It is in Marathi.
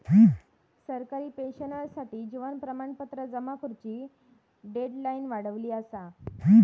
सरकारी पेंशनर्ससाठी जीवन प्रमाणपत्र जमा करुची डेडलाईन वाढवली असा